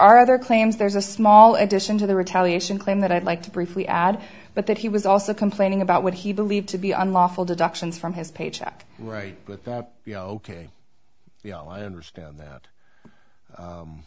are other claims there's a small addition to the retaliation claim that i'd like to briefly add but that he was also complaining about what he believed to be unlawful deductions from his paycheck right but that be ok i understand that